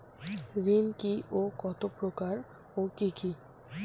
ঋণ কি ও কত প্রকার ও কি কি?